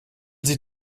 sie